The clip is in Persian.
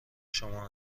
شما